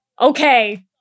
okay